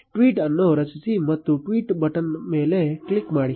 tweet ಅನ್ನು ರಚಿಸಿ ಮತ್ತು ಟ್ವೀಟ್ ಬಟನ್ ಮೇಲೆ ಕ್ಲಿಕ್ ಮಾಡಿ